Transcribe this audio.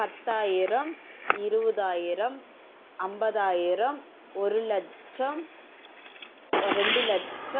பத்தாயிரம் இருபதாயிரம் ஐம்பதாயிரம் ஒரு லட்சம் ரெண்டு லட்ச